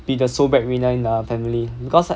be the sole breadwinner in the family because like